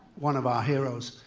one of our heroes.